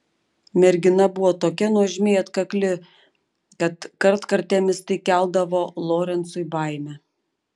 mergina buvo tokia nuožmiai atkakli kad kartkartėmis tai keldavo lorencui baimę